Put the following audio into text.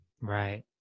Right